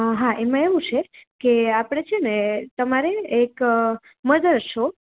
હા એમાં આવું છે કે આપણે છે ને તમારે એક મધર છો